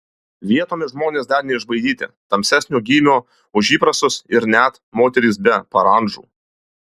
vietomis žmonės dar neišbaidyti tamsesnio gymio už įprastus ir net moterys be parandžų